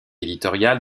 éditorial